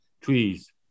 trees